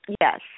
Yes